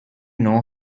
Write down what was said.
know